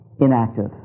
inactive